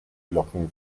locken